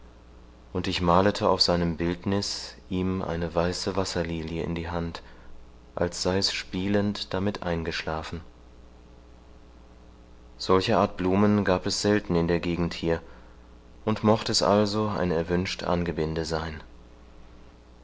und ich malete auf seinem bildniß ihm eine weiße wasserlilie in die hand als sei es spielend damit eingeschlafen solcher art blumen gab es selten in der gegend hier und mocht es also ein erwünschet angebinde sein